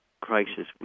crisis